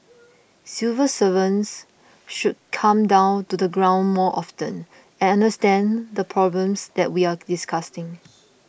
civil servants should come down to the ground more often and understand the problems that we're discussing